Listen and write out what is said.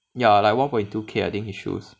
ya like one point two K I think his shoes